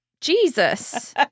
Jesus